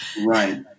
Right